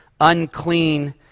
unclean